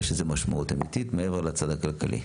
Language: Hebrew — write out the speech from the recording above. יש לזה משמעות אמיתית, מעבר לצד הכלכלי.